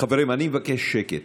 חברים, אני מבקש שקט.